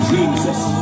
Jesus